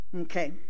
Okay